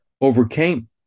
overcame